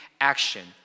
action